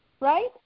right